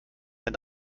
ein